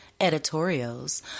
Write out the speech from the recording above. editorials